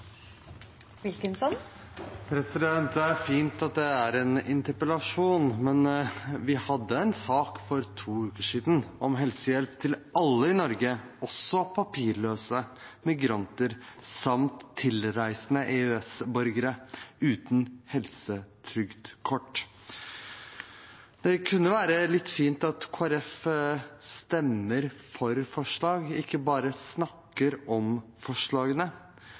fint at det er en interpellasjon, men vi hadde en sak for to uker siden om helsehjelp til alle i Norge, også papirløse migranter samt tilreisende EØS-borgere uten helsetrygdkort. Det hadde vært fint om Kristelig Folkeparti stemte for forslag, ikke bare snakket om